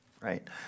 right